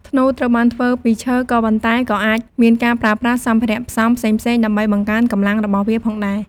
ធ្នូ ត្រូវបានធ្វើពីឈើ ក៏ប៉ុន្តែក៏អាចមានការប្រើប្រាស់សម្ភារៈផ្សំផ្សេងៗដើម្បីបង្កើនកម្លាំងរបស់វាផងដែរ។